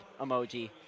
emoji